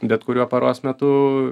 bet kuriuo paros metu